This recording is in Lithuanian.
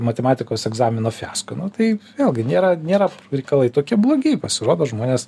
matematikos egzamino fiasko nu tai vėlgi nėra nėra reikalai tokie blogi pasirodo žmonės